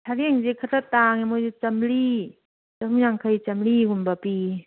ꯁꯔꯦꯡꯁꯦ ꯈꯔ ꯇꯥꯡꯉꯦ ꯃꯣꯏꯁꯦ ꯆꯥꯝꯃꯔꯤ ꯆꯍꯨꯝ ꯌꯥꯡꯈꯩ ꯆꯥꯝꯃꯔꯤꯒꯨꯝꯕ ꯄꯤꯌꯦ